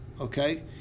Okay